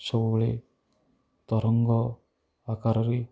ସବୁବେଳେ ତରଙ୍ଗ ଆକାରରେ